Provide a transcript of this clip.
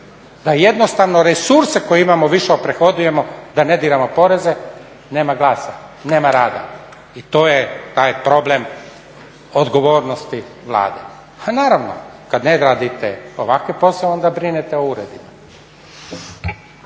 da jednostavno resurse koje imamo više oprehodujemo, da ne diramo poreze nema glasa, nema rada. I to je taj problem odgovornosti Vlade, a naravno kad ne radite ovakve poslove onda brinete o uredima.